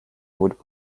would